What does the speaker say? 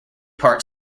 part